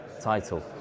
title